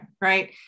right